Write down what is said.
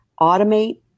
Automate